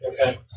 Okay